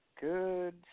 Good